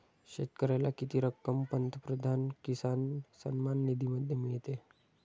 शेतकऱ्याला किती रक्कम पंतप्रधान किसान सन्मान निधीमध्ये मिळते?